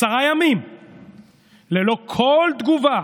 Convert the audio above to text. עשרה ימים ללא כל תגובה